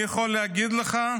אני יכול להגיד לך,